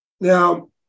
Now